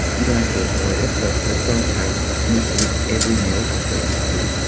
you don't have to avoid it but but don't have meat with every meal like i used to.